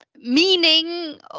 meaning